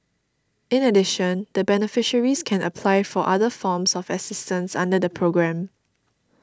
in addition the beneficiaries can apply for other forms of assistance under the programme